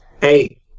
hey